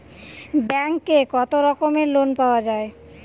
ব্যাঙ্কে কত রকমের লোন পাওয়া য়ায়?